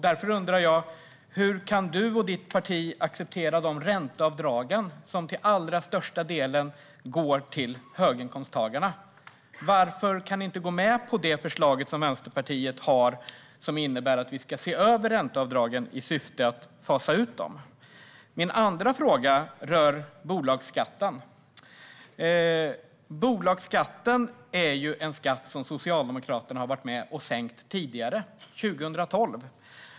Därför undrar jag: Hur kan du och ditt parti acceptera de ränteavdrag som till allra största delen går till höginkomsttagarna, och varför kan ni inte gå med på det förslag som Vänsterpartiet har som innebär att vi ska se över ränteavdragen i syfte att fasa ut dem? Min andra fråga rör bolagsskatten. Den är en skatt som Socialdemokraterna har varit med och sänkt tidigare, 2012.